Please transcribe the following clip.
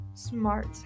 Smart